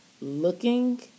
looking